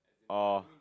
oh